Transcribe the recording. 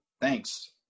thanks